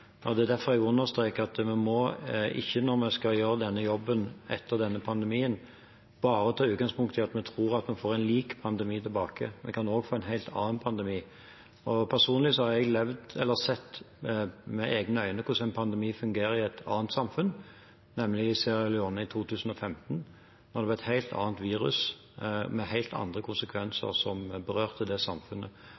og det er derfor jeg understreker at vi når vi skal gjøre denne jobben etter denne pandemien, ikke bare må ta utgangspunkt i at vi tror at vi får en lik pandemi tilbake. Vi kan også få en helt annen pandemi. Jeg har sett med egne øyne hvordan en pandemi fungerer i et annet samfunn, nemlig i Sierra Leone i 2015, da det var et helt annet virus, med helt andre